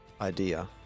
idea